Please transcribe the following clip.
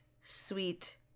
sweet